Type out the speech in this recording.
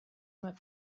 met